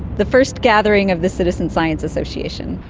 the first gathering of the citizen science association.